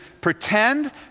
pretend